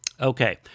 Okay